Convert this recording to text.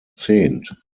zehnt